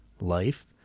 life